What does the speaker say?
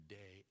day